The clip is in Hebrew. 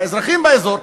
האזרחים באזור,